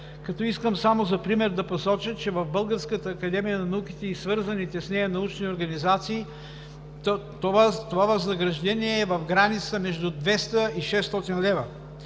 Искам само за пример да посоча, че в Българската академия на науките и свързаните с нея научни организации това възнаграждение е в границата между 200 и 600 лв.